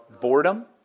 boredom